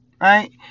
right